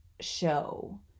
show